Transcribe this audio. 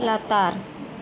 ᱞᱟᱛᱟᱨ